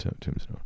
tombstone